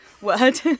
word